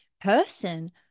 person